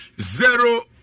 zero